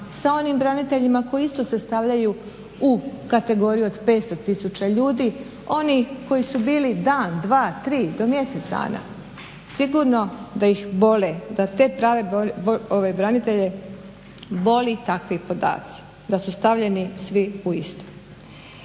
sa onim braniteljima koji isto se stavljaju u kategoriju od 500 tisuća ljudi, oni koji su bili dan, dva, tri, do mjesec dana. Sigurno da ih bole, da te prave branitelje, bole takvi podaci, da su stavljeni svi u isto.